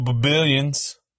Billions